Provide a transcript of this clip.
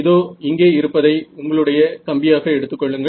இதோ இங்கே இருப்பதை உங்களுடைய கம்பியாக எடுத்துக்கொள்ளுங்கள்